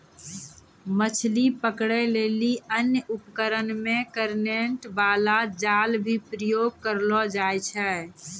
मछली पकड़ै लेली अन्य उपकरण मे करेन्ट बाला जाल भी प्रयोग करलो जाय छै